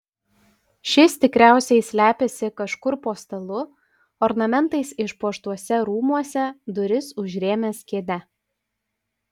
šis tikriausiai slepiasi kažkur po stalu ornamentais išpuoštuose rūmuose duris užrėmęs kėde